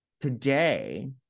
today